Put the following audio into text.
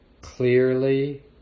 clearly